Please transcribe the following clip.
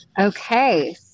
Okay